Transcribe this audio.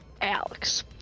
Alex